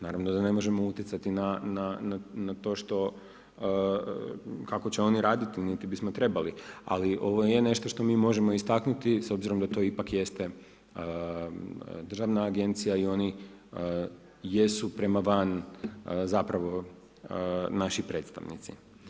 Naravno da ne možemo utjecati na to kako će oni raditi, niti bismo trebali, ali ovo je nešto što mi možemo istaknuti, s obzirom da to ipak jeste državna agencija i oni jesu prema van zapravo naši predstavnici.